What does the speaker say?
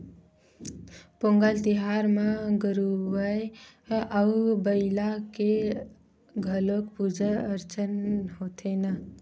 पोंगल तिहार म गरूवय अउ बईला के घलोक पूजा अरचना होथे न